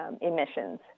emissions